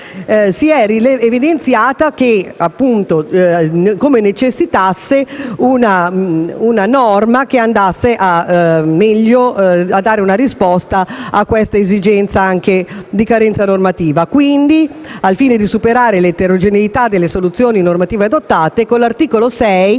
si è evidenziata la necessità di una norma che andasse a dare una risposta a questa esigenza di carenza normativa. Quindi, al fine di superare l'eterogeneità delle soluzioni normative adottate, con l'articolo 6